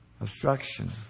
obstruction